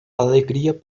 alegria